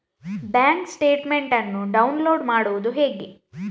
Bank statement ಅನ್ನು download ಮಾಡುವುದು ಹೇಗೆ?